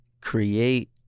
create